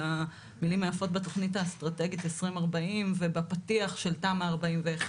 על המילים היפות בתכנית האסטרטגית 2040 ובפתיח של תמ"א 41,